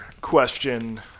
question